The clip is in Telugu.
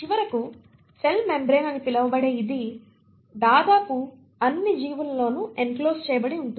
చివరకు సెల్ మెంబ్రేన్ అని పిలవబడే ఇది దాదాపు అన్ని జీవులలోనూ ఎన్క్లోజ్ చేయబడి ఉంటుంది